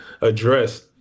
address